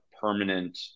permanent